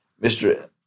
Mr